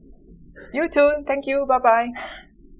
you too thank you bye bye